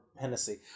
Hennessy